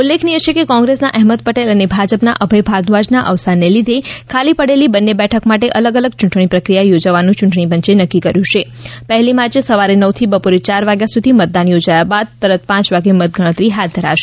ઉલ્લેખનીય છે કે કોંગ્રેસના અહેમદ પટેલ અને ભાજપના અભય ભારદ્વાજના અવસાનને લીધે ખાલી પડેલી બંને બેઠક માટે અલગ અલગ ચૂંટણી પ્રક્રિયા યોજવાનું ચૂંટણી પંચે નક્કી કર્યું છ પહેલી માર્ચે સવારે નવથી બપોરે ચાર વાગ્યા સુધી મતદાન યોજાયા બાદ તુરંત પાંચ વાગે મત ગણતરી હાથ ધરાશે